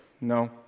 No